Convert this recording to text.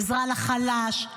עזרה לחלש,